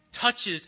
touches